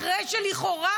אחרי שלכאורה,